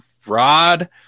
fraud